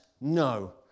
No